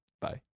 Bye